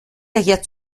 daher